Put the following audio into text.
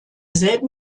selben